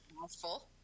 mouthful